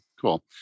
cool